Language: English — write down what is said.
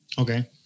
Okay